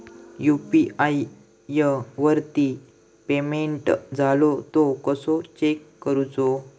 UPI वरती payment इलो तो कसो चेक करुचो?